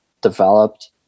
developed